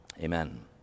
Amen